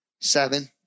seven